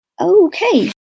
Okay